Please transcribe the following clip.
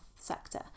sector